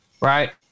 right